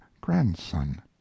grandson